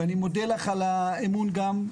ואני מודה לך על האמון גם.